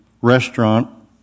restaurant